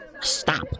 Stop